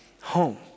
home